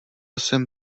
jsem